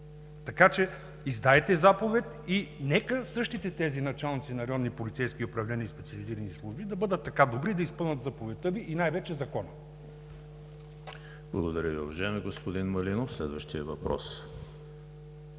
Така че издайте заповед и нека същите тези началници на районни полицейски управления и специализирани служби да бъдат така добри да изпълнят заповедта Ви и най-вече закона. ПРЕДСЕДАТЕЛ ЕМИЛ ХРИСТОВ: Благодаря Ви, уважаеми господин Малинов. Следващият въпрос